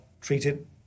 treated